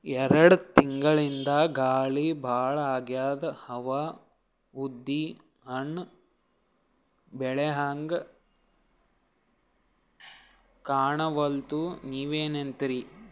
ಎರೆಡ್ ತಿಂಗಳಿಂದ ಗಾಳಿ ಭಾಳ ಆಗ್ಯಾದ, ಹೂವ ಉದ್ರಿ ಹಣ್ಣ ಬೆಳಿಹಂಗ ಕಾಣಸ್ವಲ್ತು, ನೀವೆನಂತಿರಿ?